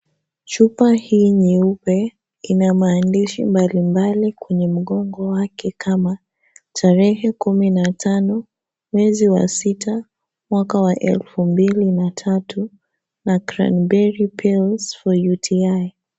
Chupa hii nyeupe ina maandishi mbali mbali kwenye mgongo wake kama , tarehe kumi na tano mwezi wa sita mwaka wa elfu mbili na tatu, na Cranberry pill for UTi .